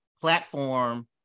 platform